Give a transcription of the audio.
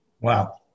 Wow